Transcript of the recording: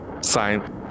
sign